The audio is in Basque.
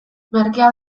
merkea